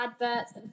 adverts